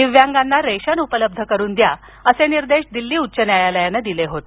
दिव्यांगांना रेशन उपलब्ध करून द्या असे निर्देश दिल्ली उच्च न्यायालयानं दिले होते